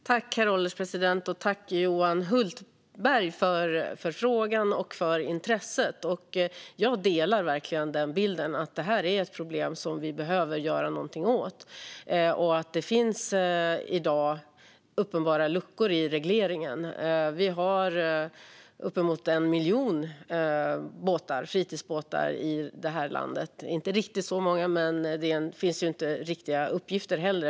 Herr ålderspresident! Tack, Johan Hultberg, för frågorna och för intresset! Jag delar verkligen bilden att detta är ett problem som vi behöver göra någonting åt. Det finns i dag uppenbara luckor i regleringen. Vi har uppemot 1 miljon fritidsbåtar i landet. Det finns inte riktiga uppgifter om det.